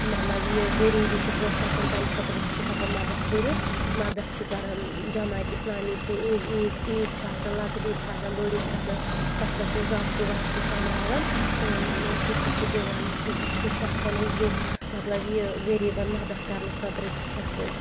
مطلب یہِ غریٖبی چھِ کٲنٛسہِ آسان تمہِ خٲطرٕ تہِ چھِ ہٮ۪کان مدد کٔرتھ مد چھِ کران جمعاتی اسلامی چھِ عیٖد عیٖد عیٖد چھِ آسان لکٕٹۍ عیٖد چھِ آسان بٔڑ عیٖد چھِ آسان تتھ پٮ۪ٹھ چھِ ضۄدکہٕ وۄدکہٕ سۄمراون تہٕ سُہ چھِ دِوان سُہ چھِ سُہ چھِ ہٮ۪کان أسۍ دِتھ مطلب یہِ غریٖبن مدد کرنہٕ خٲطرٕ تہِ چھِ اس